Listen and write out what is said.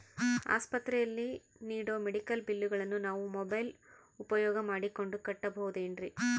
ಆಸ್ಪತ್ರೆಯಲ್ಲಿ ನೇಡೋ ಮೆಡಿಕಲ್ ಬಿಲ್ಲುಗಳನ್ನು ನಾವು ಮೋಬ್ಯೆಲ್ ಉಪಯೋಗ ಮಾಡಿಕೊಂಡು ಕಟ್ಟಬಹುದೇನ್ರಿ?